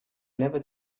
never